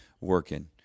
working